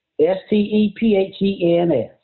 S-T-E-P-H-E-N-S